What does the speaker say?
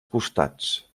costats